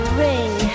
ring